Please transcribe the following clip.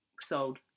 sold